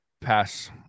pass